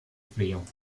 frío